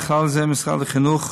ובכלל זה משרד החינוך,